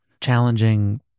challenging